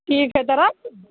ठीक हय तऽ रख दू